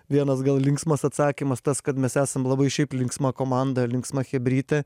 vienas gal linksmas atsakymas tas kad mes esam labai šiaip linksma komanda linksma chebrytė